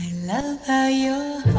know you